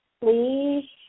please